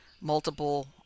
multiple